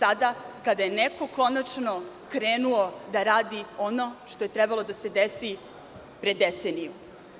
Sada kada je neko konačno krenuo da radi ono što je trebalo da se desi pre deceniju.